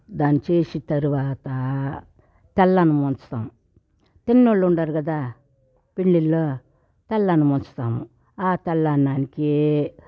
దాన్ని చేసి తర్వాత తెల్ల అన్నం వంచుతాం తిన్నోళ్లు ఉంటారు కదా పెళ్ళిళ్ళో తెల్లన్నం వంచుతాము ఆ తెల్ల అన్నానికి